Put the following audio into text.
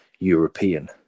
European